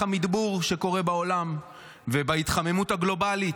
המדבור שקורה בעולם ובהתחממות הגלובלית.